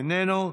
איננו,